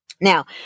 Now